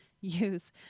use